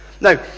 Now